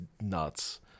nuts